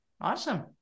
awesome